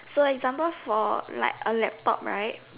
so example for like a laptop right